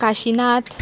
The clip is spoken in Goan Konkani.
काशिनाथ